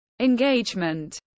engagement